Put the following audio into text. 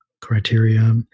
criteria